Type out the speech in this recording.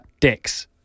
dicks